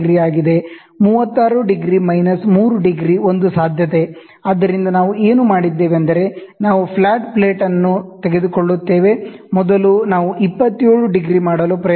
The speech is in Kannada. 36 ° ಮೈನಸ್ 3° ಒಂದು ಸಾಧ್ಯತೆ ಆದ್ದರಿಂದ ನಾವು ಏನು ಮಾಡಿದ್ದೇವೆಂದರೆ ನಾವು ಫ್ಲಾಟ್ ಪ್ಲೇಟ್ ತೆಗೆದುಕೊಳ್ಳುತ್ತೇವೆ ಮೊದಲು ನಾವು 27° ಮಾಡಲು ಪ್ರಯತ್ನಿಸುತ್ತೇವೆ